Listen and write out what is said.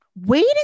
Wait